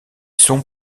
sont